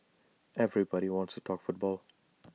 everybody wants to talk football